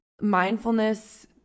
mindfulness